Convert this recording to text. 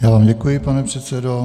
Já vám děkuji, pane předsedo.